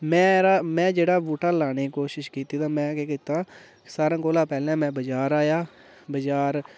में रा में जेह्ड़ा बूह्टा लाने दी कोशिश कीती तां में केह् कीता सारे कोला पैह्लें में बाजार आया बाजार